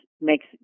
makes